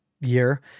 year